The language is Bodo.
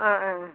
ओ ओ ओ